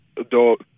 adult